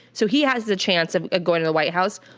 so he has the chance of ah going to the white house.